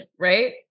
Right